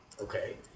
okay